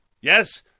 Yes